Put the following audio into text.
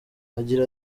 agira